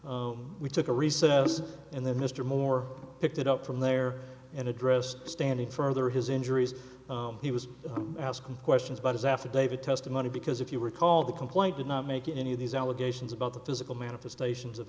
factor we took a recess and then mr moore picked it up from there and addressed standing further his injuries he was asking questions about his affidavit testimony because if you recall the complaint did not make any of these allegations about the physical manifestations of